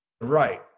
right